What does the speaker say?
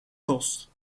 kost